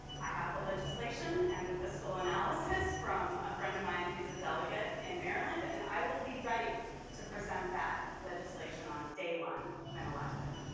i have the legislation and the fiscal analysis from a friend of mine who's a delegate in maryland, and i will be ready to present that legislation on day one when elected.